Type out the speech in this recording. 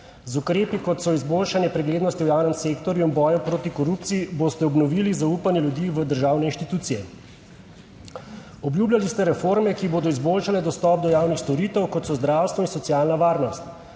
Z ukrepi, kot so izboljšanje preglednosti v javnem sektorju in boju proti korupciji, boste obnovili zaupanje ljudi v državne inštitucije. Obljubljali ste reforme, ki bodo izboljšale dostop do javnih storitev, kot so zdravstvo in socialna varnost.